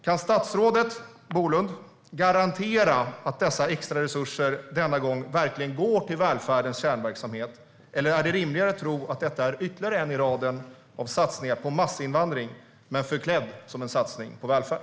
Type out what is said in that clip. Kan statsrådet Bolund garantera att de extra resurserna denna gång verkligen går till välfärdens kärnverksamhet, eller är det rimligare att tro att detta är ytterligare en i raden av satsningar på massinvandring - förklädd till en satsning på välfärd?